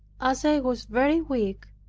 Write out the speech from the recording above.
as i was very weak,